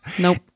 Nope